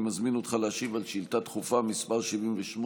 אני מזמין אותך להשיב על שאילתה דחופה מס' 78,